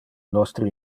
nostre